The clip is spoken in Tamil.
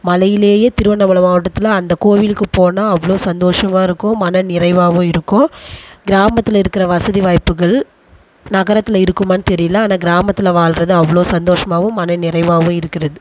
மலையிலேயே திருவண்ணாமலை மாவட்டத்தில் அந்த கோவிலுக்கு போனால் அவ்வளோ சந்தோஷமாக இருக்கும் மன நிறைவாகவும் இருக்கும் கிராமத்தில் இருக்கிற வசதி வாய்ப்புகள் நகரத்தில் இருக்குமான்னு தெரியல ஆனால் கிராமத்தில் வாழுறது அவ்வளோ சந்தோஷமாகவும் மன நிறைவாவும் இருக்கிறது